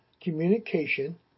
communication